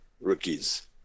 rookies